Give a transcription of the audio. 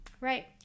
Right